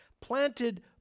planted